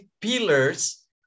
pillars